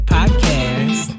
Podcast